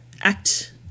act